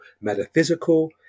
metaphysical